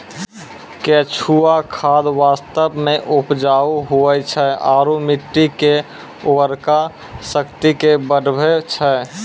केंचुआ खाद वास्तव मे उपजाऊ हुवै छै आरू मट्टी के उर्वरा शक्ति के बढ़बै छै